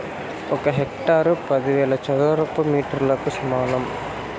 ఒక హెక్టారు పదివేల చదరపు మీటర్లకు సమానం